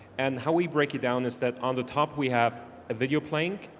and how we break it down is that on the top we have a video playing.